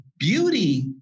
beauty